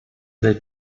del